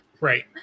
right